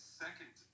second